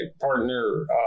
partner